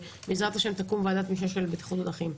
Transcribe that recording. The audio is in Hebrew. ובעזרת השם תקום ועדת משנה לבטיחות בדרכים.